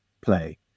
play